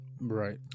Right